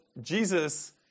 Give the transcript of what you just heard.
Jesus